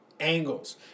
angles